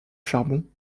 charbon